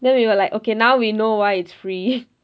then we were like okay now we know why it's free